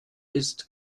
isst